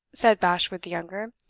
said bashwood the younger.